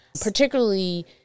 particularly